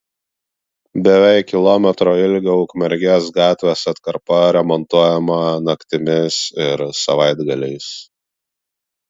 beveik kilometro ilgio ukmergės gatvės atkarpa remontuojama naktimis ir savaitgaliais